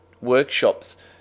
workshops